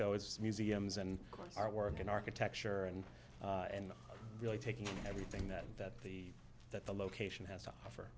though it's museums and art work and architecture and and really taking everything that that the that the location has to offer